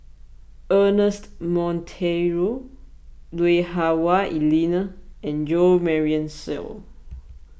Ernest Monteiro Lui Hah Wah Elena and Jo Marion Seow